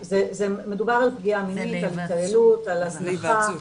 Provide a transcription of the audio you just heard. מדובר על פגיעה מינית ועל התעללות, על הזנחה,